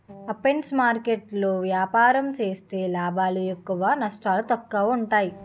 options market లో ఏపారం సేత్తే లాభాలు ఎక్కువ నష్టాలు తక్కువ ఉంటాయి